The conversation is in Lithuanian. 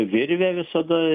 virvę visada